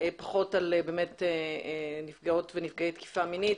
פחות על נפגעות ונפגעי תקיפה מינית,